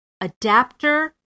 Adapter